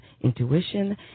intuition